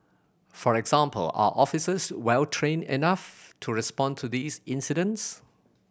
for example are officers well trained enough to respond to these incidents